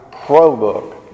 pro-book